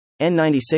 N96